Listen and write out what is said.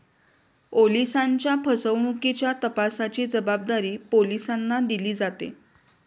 ओलिसांच्या फसवणुकीच्या तपासाची जबाबदारी पोलिसांना दिली जाते